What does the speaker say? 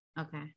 Okay